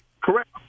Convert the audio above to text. Correct